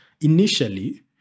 initially